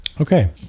Okay